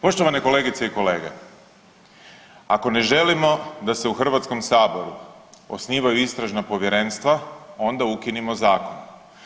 Poštovane kolegice i kolege, ako ne želimo da se u Hrvatskom saboru osnivaju istražna povjerenstva onda ukinimo zakon.